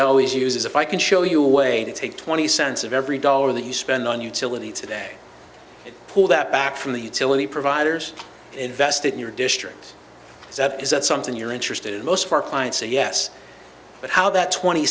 i always use is if i can show you a way to take twenty cents of every dollar that you spend on utility today pull that back from the tail of the providers invest it in your district that is that something you're interested in most of our clients say yes but how that twenty